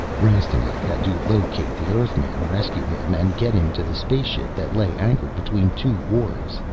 rastignac had to locate the earthman, rescue him, and get him to the spaceship that lay anchored between two wharfs,